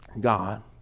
God